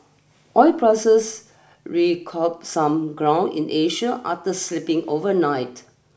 oil prices recouped some ground in Asia after slipping overnight